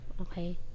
okay